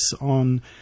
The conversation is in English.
on